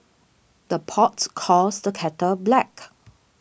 the pots calls the kettle black